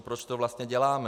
Proč to vlastně děláme?